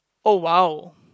oh !wow!